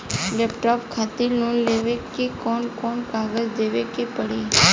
Laptop खातिर loan लेवे ला कौन कौन कागज देवे के पड़ी?